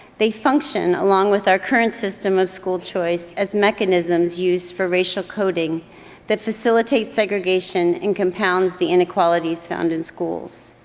they function along with our current system of school choice as mechanisms used for racial coding that facilitates segregation and compounds the inequalities found in schools.